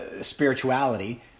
spirituality